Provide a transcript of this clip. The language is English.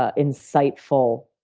ah insightful